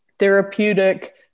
therapeutic